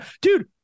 dude